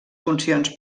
funcions